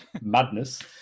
Madness